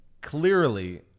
clearly